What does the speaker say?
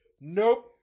nope